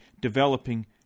developing